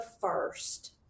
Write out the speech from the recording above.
first